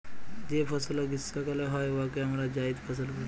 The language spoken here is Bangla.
যে ফসলে গীষ্মকালে হ্যয় উয়াকে আমরা জাইদ ফসল ব্যলি